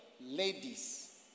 ladies